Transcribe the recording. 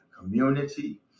community